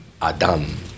Adam